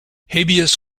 habeas